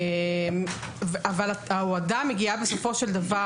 אבל בסופו של דבר,